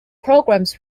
programs